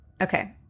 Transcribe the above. Okay